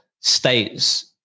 states